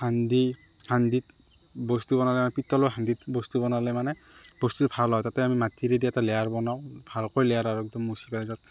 সান্দি সান্দিত বস্তু বনালে মানে পিতলৰ সান্দিত বস্তু বনালে মানে বস্তুখিনি ভাল হয় তাতে আমি মাটিৰে দি এটা লেয়াৰ বনাও ভালকৈ লেয়াৰ আৰু একদম